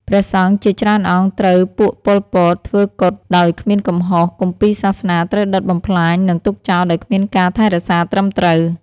ព្រះសង្ឃជា ច្រើនអង្គត្រូវពួក ប៉ុល ពត ធ្វើគតដោយគ្មានកំហុស គម្ពីរសាសនាត្រូវដុតបំផ្លាញ និង ទុកចោលដោយគ្មានការថែរក្សាត្រឹមត្រូវ ។